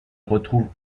retrouve